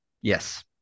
Yes